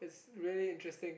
it's really interesting